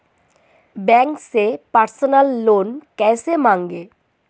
Bank से personal loan कैसे मांगें?